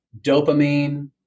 dopamine